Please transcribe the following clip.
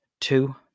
two